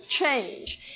change